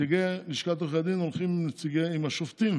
נציגי לשכת עורכי הדין הולכים עם נציגי השופטים,